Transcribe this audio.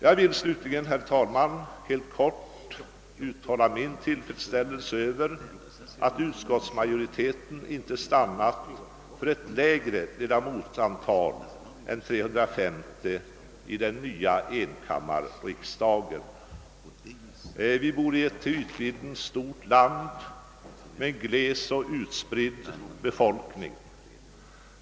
Jag vill slutligen, herr talman, helt kort uttala min tillfredsställelse över att utskottsmajoriteten inte stannat för ett lägre ledamotsantal än 350 i den nya enkammarriksdagen. Vi bor i ett till ytvidden stort land med gles och utspridd befolkning.